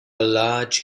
large